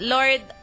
Lord